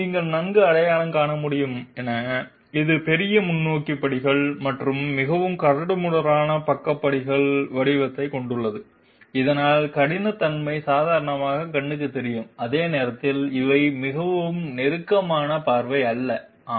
நீங்கள் நன்கு அடையாளம் காண முடியும் என இது பெரிய முன்னோக்கி படிகள் மற்றும் மிகவும் கரடுமுரடான பக்க படி வடிவத்தைக் கொண்டுள்ளது இதனால் கடினத்தன்மை சாதாரணக் கண்ணுக்குத் தெரியும் அதே நேரத்தில் இவை மிகவும் நெருக்கமான பார்வை அல்ல ஆம்